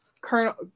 Colonel